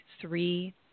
three